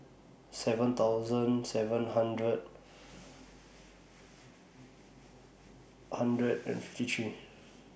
seven thousand seven hundred hundred and fifty three